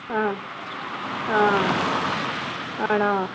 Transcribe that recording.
ആ ആ ആ ആണോ